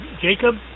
Jacob